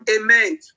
Amen